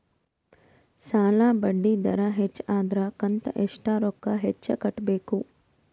ಸಾಲಾ ಬಡ್ಡಿ ದರ ಹೆಚ್ಚ ಆದ್ರ ಕಂತ ಎಷ್ಟ ರೊಕ್ಕ ಹೆಚ್ಚ ಕಟ್ಟಬೇಕು?